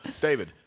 David